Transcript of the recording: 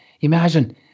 imagine